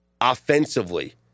Offensively